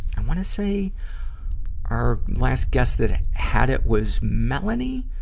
i wanna say our last guest that ah had it was melanie,